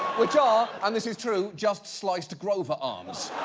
which are, and this is true just sliced grover arms.